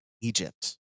Egypt